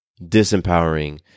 disempowering